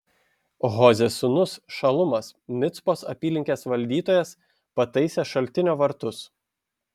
hozės sūnus šalumas micpos apylinkės valdytojas pataisė šaltinio vartus